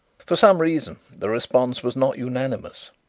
for some reason the response was not unanimous,